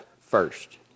first